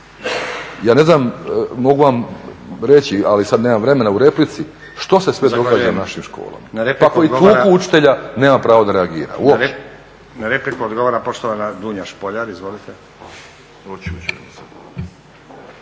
Ja ne znam, mogu vam reći, ali sad nemam vremena u replici što se sve događa našim školama. Pa ako i tuku učitelja nema pravo da reagira uopće. **Stazić, Nenad (SDP)** Na repliku odgovara poštovana Dunja Špoljar. Izvolite. **Špoljar,